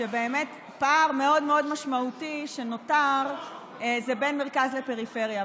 שפער מאוד מאוד משמעותי שנותר זה בין מרכז לפריפריה,